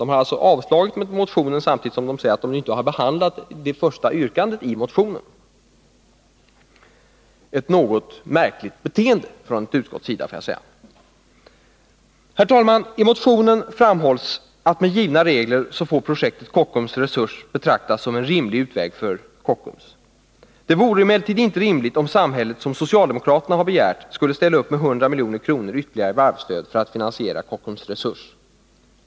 Man har alltså avstyrkt motionen, samtidigt som man säger att man inte har behandlat första yrkandet i motionen — ett något märkligt beteende från ett utskotts sida, måste jag säga. Herr talman! I motionen framhålls att med givna regler får projektet Kockum Resurs betraktas som en rimlig utväg för Kockums. Det vore emellertid inte rimligt om samhället, som socialdemokraterna har begärt, skulle ställa upp med 100 milj.kr. ytterligare i varvsstöd för att finansiera Kockum Resurs.